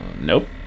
Nope